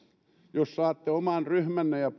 jos saatte oman ryhmänne ja